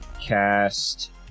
cast